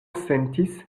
sentis